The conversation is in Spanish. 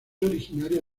originaria